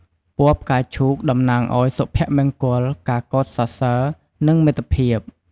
ពណ៌ផ្កាឈូក តំណាងឲ្យ សុភមង្គល ការកោតសរសើរ និង មិត្តភាព។